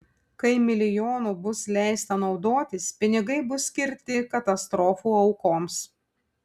kai milijonu bus leista naudotis pinigai bus skirti katastrofų aukoms